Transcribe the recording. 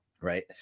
right